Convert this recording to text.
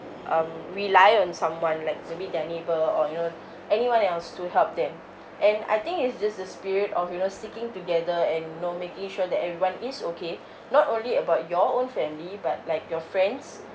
um rely on someone like to meet their neighbour or you know anyone else to help them and I think it's just the spirit of you know sticking together and you know making sure that everyone is okay not only about your own family but like your friends